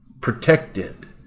protected